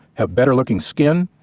have better looking skin,